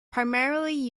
primarily